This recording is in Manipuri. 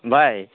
ꯚꯥꯏ